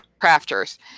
crafters